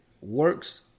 works